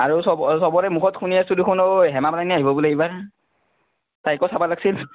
আৰু চবৰে চবৰে মুখত শুনি আছোঁ দেখোন অও হেমা মালিনী আহিব বোলে এইবাৰ তাইকো চাবা লাগ্ছিল